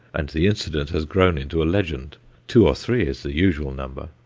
and the incident has grown into a legend two or three is the usual number.